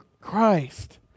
Christ